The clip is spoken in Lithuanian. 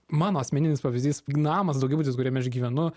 mano asmeninis pavyzdys namas daugiabutis kuriame aš gyvenu